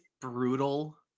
brutal